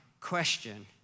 question